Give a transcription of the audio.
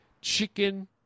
chicken